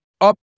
up